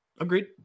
Agreed